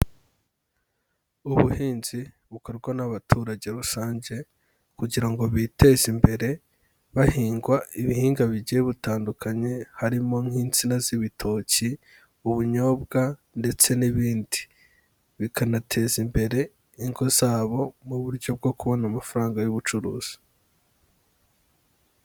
Ubuhinzi bukorwa n'abaturage rusange kugira ngo biteze imbere, bahinga ibihingwa bigiye bitandukanye harimo nk'insina z'ibitoki, ubunyobwa, ndetse n'ibindi, bikanateza imbere ingo zabo mu buryo bwo kubona amafaranga y'ubucuruzi.